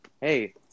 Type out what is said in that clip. hey